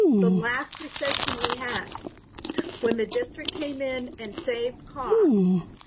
the last recession we had when the district came in and saved costs,